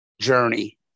journey